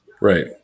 Right